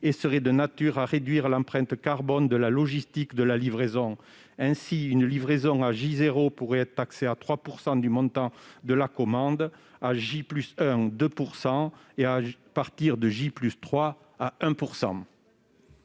et serait de nature à réduire l'empreinte carbone de la logistique de la livraison. Ainsi, une livraison le jour même pourrait être taxée à 3 % du montant de la commande, à 2 % à J+1 et à 1